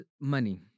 money